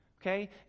okay